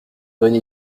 bonne